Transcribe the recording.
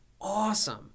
awesome